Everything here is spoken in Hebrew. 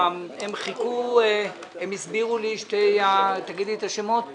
הן הסבירו לי, תגידי את השמות שלכן.